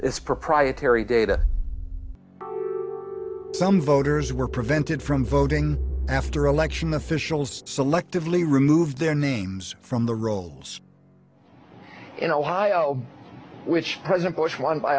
it's proprietary data some voters were prevented from voting after election officials selectively removed their names from the rolls in ohio which president bush won by